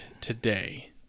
today